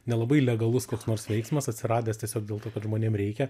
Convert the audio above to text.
nelabai legalus koks nors veiksmas atsiradęs tiesiog dėl to kad žmonėm reikia